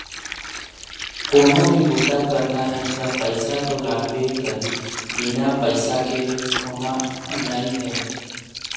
कोनो भी बूता करना हे त पइसा तो लागबे करही, बिना पइसा के होना नइ हे